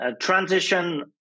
transition